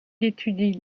étudie